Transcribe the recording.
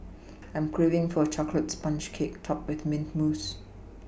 I'm craving for a chocolate sponge cake topped with mint mousse